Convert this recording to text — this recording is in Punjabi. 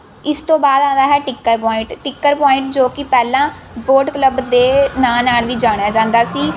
ਇਸ ਤੋਂ ਬਾਅਦ ਆਉਂਦਾ ਹੈ ਟਿੱਕਰ ਪੁਆਇੰਟ ਟਿੱਕਰ ਪੁਆਇੰਟ ਜੋ ਕਿ ਪਹਿਲਾਂ ਵੋਟ ਕਲੱਬ ਦੇ ਨਾਂ ਨਾਲ ਵੀ ਜਾਣਿਆ ਜਾਂਦਾ ਸੀ